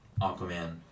Aquaman